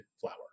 flour